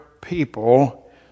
people